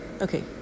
Okay